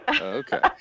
Okay